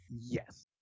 Yes